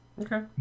Okay